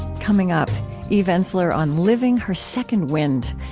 coming up eve ensler on living her second wind,